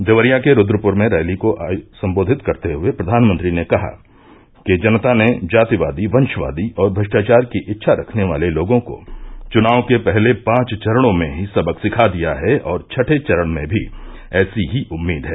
देवरिया के रूद्रपुर में रैली को सम्बोधित करते हये प्रधानमंत्री ने कहा कि जनता ने जातिवादी वंषवादी और भ्रश्टाचार की इच्छा रखने वाले लोगों को चुनाव के पहले पांच चरणों में ही सबक सिखा दिया है और छठें चरण में भी ऐसी ही उम्मीद है